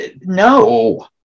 no